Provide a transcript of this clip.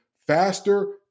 Faster